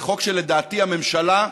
זה חוק שלדעתי הממשלה,